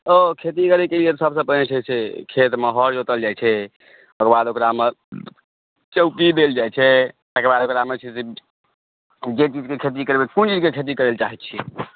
ओ खेती करैके लेल सबसँ पहिने जे छै से खेतमे हर जोतल जाइत छै तकरबाद ओकरामे चौकी देल जाइत छै तकरबाद ओकरामे जे छै से चीजके खेती करबै कोन चीजके खेती करै लऽ चाहैत छियै